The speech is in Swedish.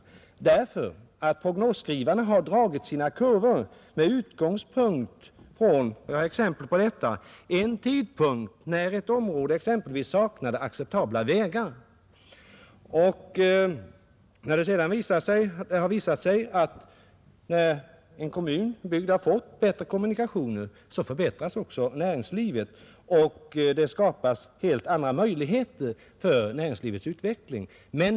Prognosskrivarna har nämligen dragit sina kurvor med utgångspunkt från — jag har exempel på detta — en tidpunkt när ett område exempelvis saknade acceptabla vägar. När det sedan visat sig att kommunikationerna förbättrats skapas också helt andra möjligheter för näringslivets utveckling.